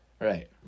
Right